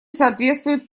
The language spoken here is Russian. соответствует